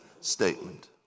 statement